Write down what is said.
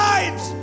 Lives